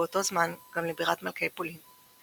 ובאותו הזמן גם לבירת מלכי פולין,